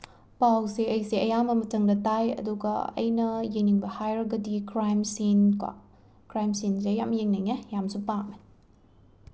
ꯄꯥꯎꯁꯦ ꯑꯩꯁꯦ ꯑꯌꯥꯝꯕ ꯃꯇꯝꯗ ꯇꯥꯏ ꯑꯗꯨꯒ ꯑꯩꯅ ꯌꯦꯡꯅꯤꯡꯕ ꯍꯥꯏꯔꯒꯗꯤ ꯀ꯭ꯔꯥꯏꯝ ꯁꯤꯟꯀꯣ ꯀ꯭ꯔꯥꯏꯝ ꯁꯤꯟꯁꯦ ꯌꯥꯝ ꯌꯦꯡꯅꯤꯡꯉꯦ ꯌꯥꯝꯁꯨ ꯄꯥꯝꯃꯦ